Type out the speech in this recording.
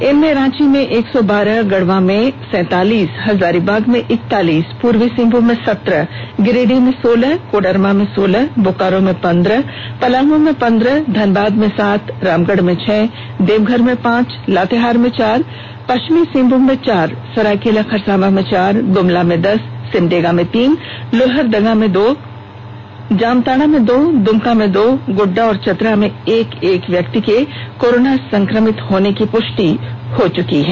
इनमें रांची में एक सौ बारह गढवा में सैंतालीस हजारीबाग में इकतालीस पुर्वी सिंहभुम में सत्रह गिरिडीह में सोलह कोडरमा में सोलह बोकारो में पंद्रह पलामू में पंद्रह धनबाद में सात रामगढ़ में छह देवघर में पांच लातेहार में चार पश्चिम सिंहभूम में चार सरायकेला खरसांवा में चार गुमला में दस सिमडेगा में तीन लोहरदगा में दो जामताड़ा में दो दुमका में दो गोड़डा और चतरा में एक एक व्यक्ति के कोरोना संक्रमित होने की पुष्टि हो च्यकी है